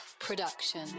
production